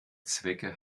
zwecke